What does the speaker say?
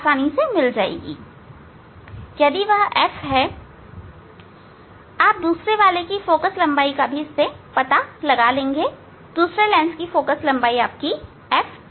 यदि वह F है आप दूसरे वाले की फोकल लंबाई का भी पता लगा सकते हैं दूसरे लेंस की फोकल लंबाई F2 है